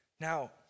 Now